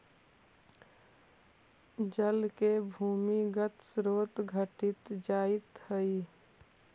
जल के भूमिगत स्रोत घटित जाइत हई